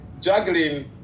juggling